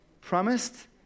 promised